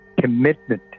commitment